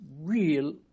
real